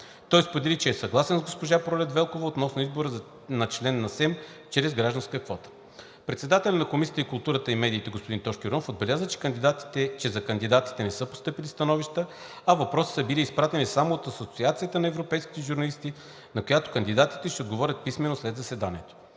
Той сподели, че е съгласен с госпожа Пролет Велкова относно избора на член на СЕМ чрез гражданска квота. Председателят на Комисията по културата и медиите господин Тошко Йорданов отбеляза, че за кандидатите не са постъпили становища, а въпроси са били изпратени само от Асоциацията на европейските журналисти, на които кандидатите ще отговорят писмено след заседанието.